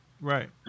Right